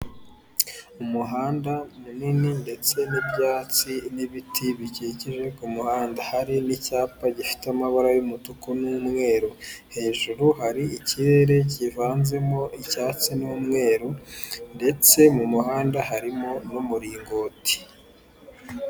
Umuhanda munini ndetse n'ibyatsi n'ibiti bikikije ku muhanda, hari n'icyapa gifite amabara y'umutuku n'umweru, hejuru hari ikirere kivanzemo icyatsi n'umweru ndetse mu muhanda harimo n'umuringoti.